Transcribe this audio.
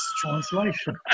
translation